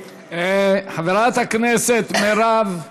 חברת הכנסת מירב,